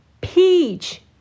Peach